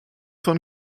von